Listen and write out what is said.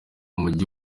mujyi